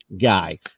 guy